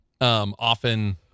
often